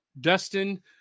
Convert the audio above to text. Dustin